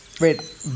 Wait